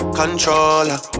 controller